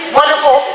wonderful